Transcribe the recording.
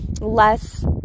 less